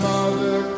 Mother